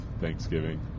Thanksgiving